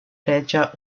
reĝa